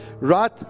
right